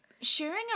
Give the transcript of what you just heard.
Sharing